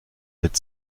mit